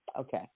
Okay